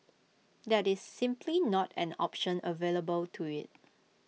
that is simply not an option available to IT